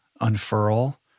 unfurl